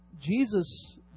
Jesus